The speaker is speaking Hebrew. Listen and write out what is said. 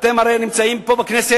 אתם הרי נמצאים פה בכנסת,